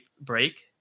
break